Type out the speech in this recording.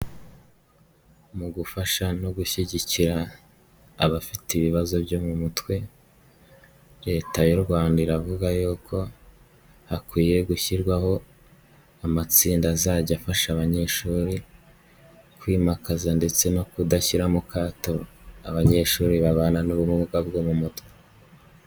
Mu gufasha no gushyigikira abafite ibibazo byo mu mutwe, leta y'u Rwanda iravuga yuko, hakwiye gushyirwaho amatsinda azajya afasha abanyeshuri, mu kwimakaza ndetse no kudashyira mu kato, abanyeshuri babana n'ubumuga bwo mu mutwe.